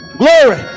glory